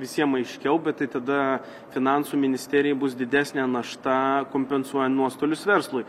visiem aiškiau bet tai tada finansų ministerijai bus didesnė našta kompensuojant nuostolius verslui